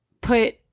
put